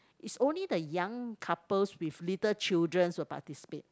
is only the young couples with little childrens will participate